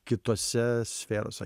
kitose sferose